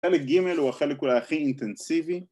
החלק ג' הוא החלק הכי אינטנסיבי